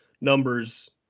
numbers